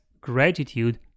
gratitude